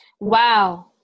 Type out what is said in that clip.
Wow